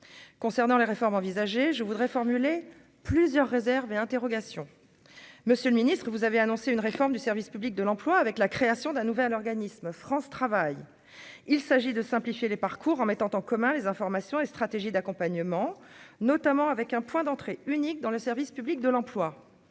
concernant les réformes envisagées, je voudrais formulé plusieurs réserves et interrogations, monsieur le Ministre, vous avez annoncé une réforme du service public de l'emploi, avec la création d'un nouvel organisme France travaille, il s'agit de simplifier les parcours en mettant en commun les informations et stratégie d'accompagnement, notamment avec un point d'entrée unique dans le service public de l'emploi,